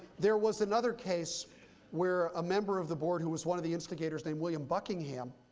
there was another case where a member of the board, who was one of the instigators named william buckingham,